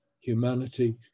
humanity